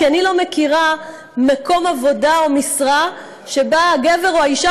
כי אני לא מכירה מקום עבודה או משרה שבה הגבר או האישה